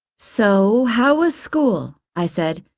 so how was school? i said,